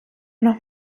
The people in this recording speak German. noch